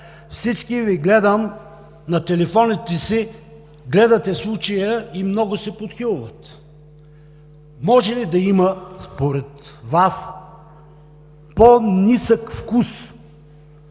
Всички Ви гледам – на телефоните си гледате случая и много се подхилват. Може ли да има според Вас по-нисък вкус,